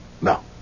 No